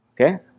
Okay